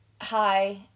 hi